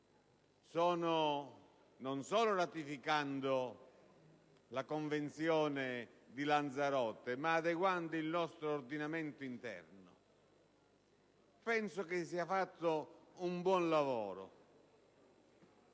non solo ratificando la Convenzione di Lanzarote, ma anche adeguando il nostro ordinamento interno. Penso si sia fatto un buon lavoro.